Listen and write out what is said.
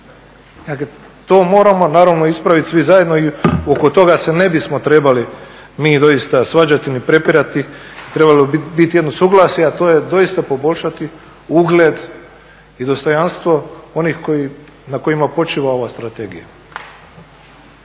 to moramo naravno ispraviti svi zajedno i oko toga se ne bismo trebali mi doista svađati ni prepirati, trebalo bi biti jedno suglasje a to je doista poboljšati ugled i dostojanstvo onih na kojima počiva ova strategija.